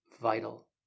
vital